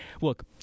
Look